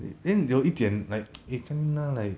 then 有一点 like eh kan lin nia like